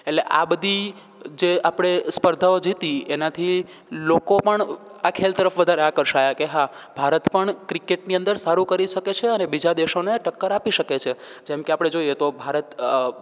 એટલે આ જે બધી જે આપણે સ્પર્ધાઓ જીતી એનાથી લોકો પણ આ ખેલ તરફ વધારે આકર્ષાયા કે હા ભારત પણ ક્રિકેટની અંદર સારું કરી શકે છે અને બીજા દેશોને ટક્કર આપી શકે છે જેમકે આપણે જોઈએ તો ભારત